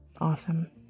Awesome